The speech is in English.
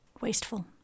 Wasteful